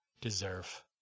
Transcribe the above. deserve